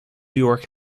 york